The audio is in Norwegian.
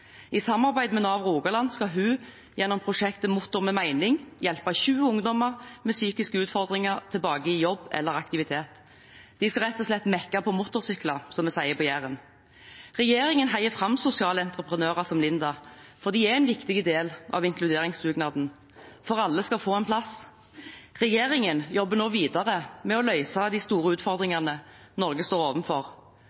I samarbeid med Nav Rogaland skal hun, gjennom prosjektet Motor med mening, hjelpe 20 ungdommer med psykiske utfordringer tilbake i jobb eller aktivitet. De skal rett og slett «mekke på motorsykler», som vi sier på Jæren. Regjeringen heier fram sosiale entreprenører som Linda, for de er en viktig del av inkluderingsdugnaden. For alle skal få en plass. Regjeringen jobber nå videre med å løse de store